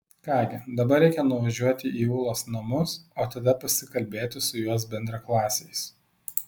ką gi dabar reikia nuvažiuoti į ūlos namus o tada pasikalbėti su jos bendraklasiais